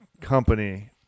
company